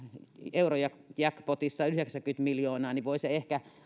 eurojackpotissa yhdeksänkymmentä miljoonaa niin voi ehkä